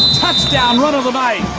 touchdown run of the night!